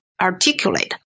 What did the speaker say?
articulate